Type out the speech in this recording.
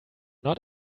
not